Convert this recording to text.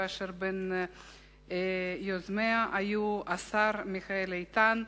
ובין יוזמיה היו השר מיכאל איתן,